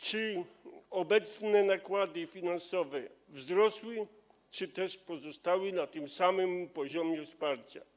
Czy obecne nakłady finansowe wzrosły, czy też pozostały na tym samym poziomie wsparcia?